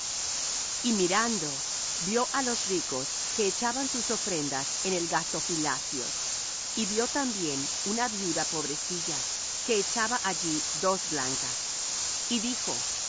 y mirando vió á los ricos que echaban sus ofrendas en el gazofilacio y vió también una viuda pobrecilla que echaba allí dos blancas y dijo